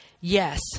Yes